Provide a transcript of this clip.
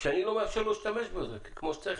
כשאני לא מאפשר לו להשתמש בזה כמו שצריך,